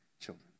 children